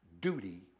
duty